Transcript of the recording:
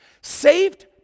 Saved